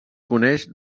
coneix